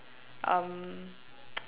um